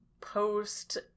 post